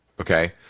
Okay